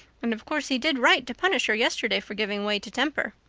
and of course he did right to punish her yesterday for giving way to temper.